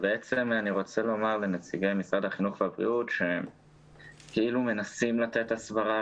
נציגי משרד החינוך והבריאות כאילו מנסים לתת הסברה